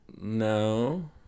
No